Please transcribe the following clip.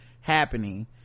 happening